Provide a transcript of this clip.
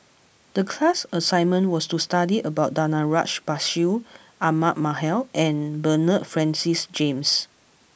the class assignment was to study about Danaraj Bashir Ahmad Mallal and Bernard Francis James